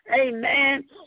amen